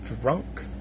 drunk